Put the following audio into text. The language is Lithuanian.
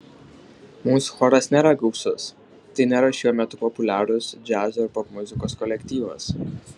mūsų choras nėra gausus tai nėra šiuo metu populiarūs džiazo ar popmuzikos kolektyvas